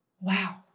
Wow